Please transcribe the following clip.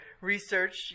research